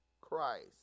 Christ